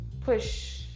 push